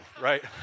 right